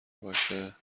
باشه